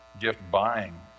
gift-buying